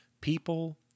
people